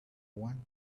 one